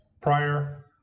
prior